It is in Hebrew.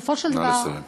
נא לסיים.